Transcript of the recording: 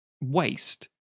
waste